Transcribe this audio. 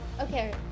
Okay